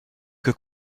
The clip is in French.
que